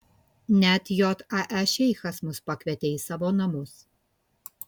net jae šeichas mus pakvietė į savo namus